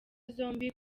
zombi